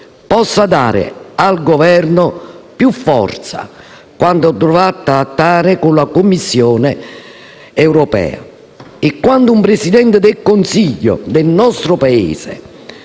possa dare al Governo più forza quando dovrà trattare con la Commissione europea. Quando un Presidente del Consiglio del nostro Paese